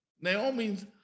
Naomi's